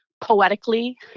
poetically